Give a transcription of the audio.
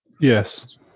Yes